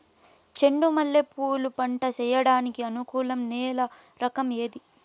చెండు మల్లె పూలు పంట సేయడానికి అనుకూలం నేల రకం ఏది